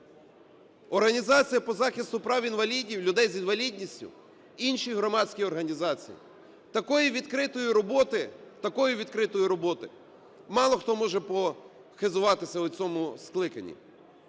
організація по захисту прав інвалідів, людей з інвалідністю, інші громадські організації. Такої відкритої роботи… такою відкритою роботою мало хто може похизуватися у цьому скликанні.